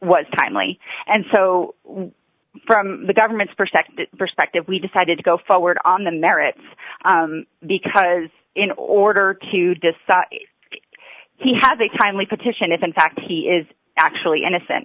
was timely and so from the government's perspective perspective we decided to go forward on the merits because in order to decide he has a timely partition if in fact he is actually innocent